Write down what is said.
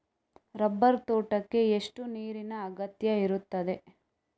Rubber ತೋಟಕ್ಕೆ ಎಷ್ಟು ನೀರಿನ ಅಗತ್ಯ ಇರುತ್ತದೆ?